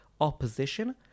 opposition